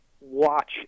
watch